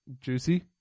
juicy